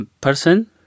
person